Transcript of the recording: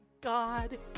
God